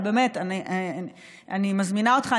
אני מזמינה אותך,